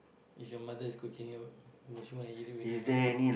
if your mother is cooking would would you want to eat it with your mother